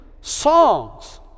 songs